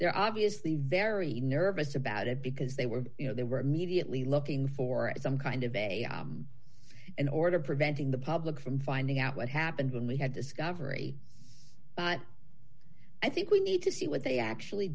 they're obviously very nervous about it because they were you know they were immediately looking for as some kind of a in order preventing the public from finding out what happened when we had discovery but i think we need to see what they actually